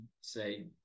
say